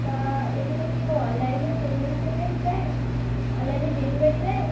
তা এখানে কি ও অনলাইনে পেমেন্ট টেমেন্ট দেয় অনলাইনে ডেলিভারি দেয়